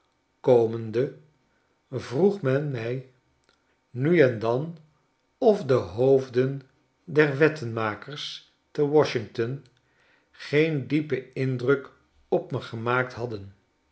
komende vroeg men mij nu en dan of de hoofden der wettenmakers te washington geen diepen indruk op me gemaakt hadden